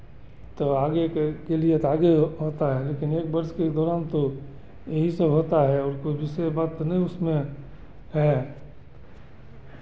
तो आगे के के लिए तो आगे होता है लेकिन एक वर्ष के दौरान तो यही सब होता है उसको नहीं उसमें है